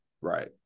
Right